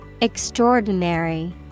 Extraordinary